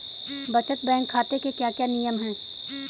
बचत बैंक खाते के क्या क्या नियम हैं?